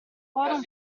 forum